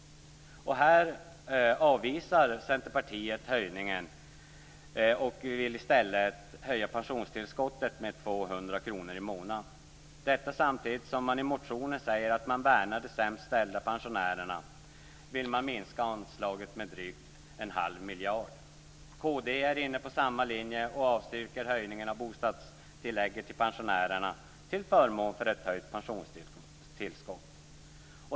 Centerpartiet avvisar denna höjning och vill i stället höja pensionstillskottet med 200 kr i månaden. Samtidigt som man i motionen säger att man värnar de sämst ställda pensionärerna vill man minska anslaget med drygt en halv miljard. Kd är inne på samma linje och avstyrker höjningen av bostadstillägget till pensionärerna till förmån för ett höjt pensionstillskott.